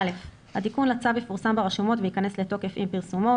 התיקון לצו יפורסם ברשומות וייכנס לתוקף עם פרסומו,